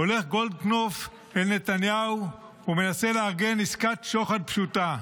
הולך גולדקנופ אל נתניהו ומנסה לארגן עסקת שוחד פשוטה,